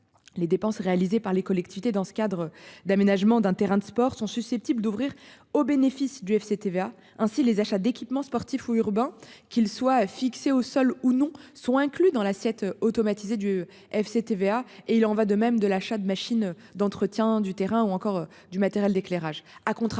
Les dépenses réalisées par les collectivités. Dans ce cadre d'aménagement d'un terrain de sport sont susceptibles d'ouvrir au bénéfice du FCTVA ainsi les achats d'équipements sportifs ou urbains qu'il soit a fixé au sol ou non sont inclus dans l'assiette automatisée du FCTVA et il en va de même de l'achat de machines d'entretien du terrain ou encore du matériel d'éclairage